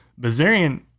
Bazarian